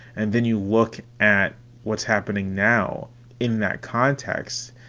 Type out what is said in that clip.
and then you look at what's happening now in that context,